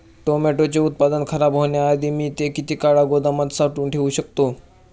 टोमॅटोचे उत्पादन खराब होण्याआधी मी ते किती काळ गोदामात साठवून ठेऊ शकतो?